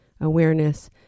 awareness